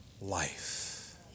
life